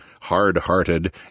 hard-hearted